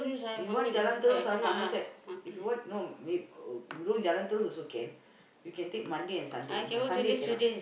you want jalan terus or Somerset if you want no may~ you go jalan terus also can you can take Monday and Sunday but Sunday cannot